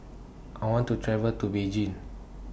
I want to travel to Beijing